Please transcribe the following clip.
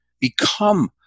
Become